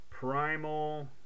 primal